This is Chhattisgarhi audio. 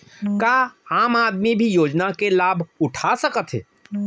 का आम आदमी भी योजना के लाभ उठा सकथे?